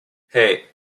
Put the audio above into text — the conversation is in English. hey